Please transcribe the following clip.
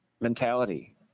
mentality